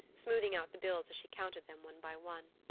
smoothing out the bills as she counted them one by one.